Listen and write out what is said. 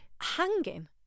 Hanging